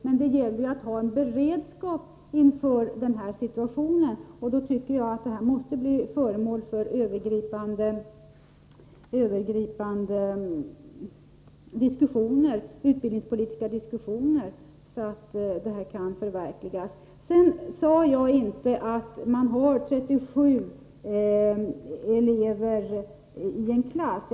Men det gäller att ha beredskap inför den situation som kan uppstå, och då tycker jag att det som redovisats måste bli föremål för övergripande utbildningspolitiska diskussioner. Jag sade inte att man har 37 elever i en klass.